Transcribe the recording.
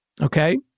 okay